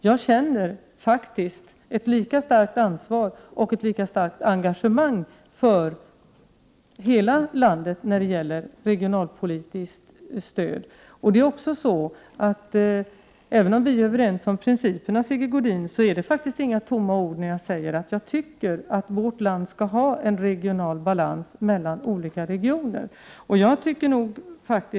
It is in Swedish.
Jag känner faktiskt ett lika stort ansvar och ett lika starkt engagemang för hela landet när det gäller det regionalpolitiska stödet. Även om vi är överens om principerna, Sigge Godin, är det faktiskt inga tomma ord när jag säger att jag tycker att det i vårt land skall finnas en balans mellan olika regioner.